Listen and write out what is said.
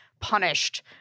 punished